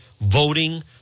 voting